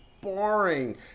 boring